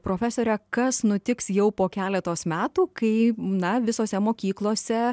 profesore kas nutiks jau po keletos metų kai na visose mokyklose